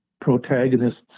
Protagonists